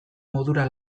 modura